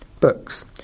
Books